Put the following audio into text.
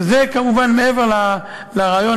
וזה כמובן מעבר לרעיון,